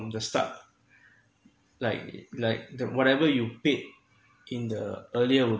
from the start like like the whatever you paid in the earlier would